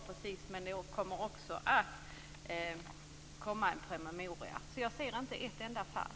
Det skall läggas fram en promemoria. Jag ser inte ett enda fall.